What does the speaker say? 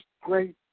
great